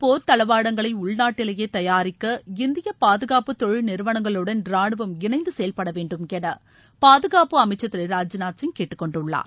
போர் தளவாடங்களை உள்நாட்டிலேயே தயாரிக்க இந்தியப் பாதுகாப்பு தொழில் நிறுவனங்களுடன் ரானுவம் இணைந்து செயல்பட வேண்டும் என பாதுகாப்பு அமைச்சர் திரு ராஜ்நாத் சிங் கேட்டுக்கொண்டுள்ளார்